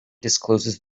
discloses